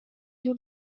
giu